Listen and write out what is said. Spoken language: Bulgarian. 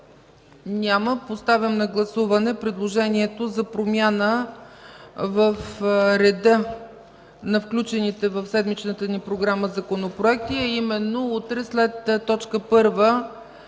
Няма. Поставям на гласуване предложението за промяна в реда на включените в седмичната ни програма законопроекти, а именно утре след т.